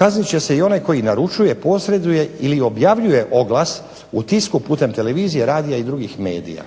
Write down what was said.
kaznit će se onaj koji naručuje, posreduje ili objavljuje oglas u tisku putem televizije, radija i drugih medija,